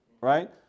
Right